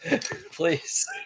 please